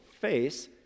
face